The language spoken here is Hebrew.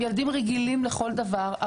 הם ילדים רגילים לכל דבר.